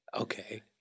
Okay